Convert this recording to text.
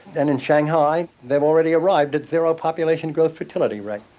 and in shanghai they have already arrived at zero population growth fertility rate.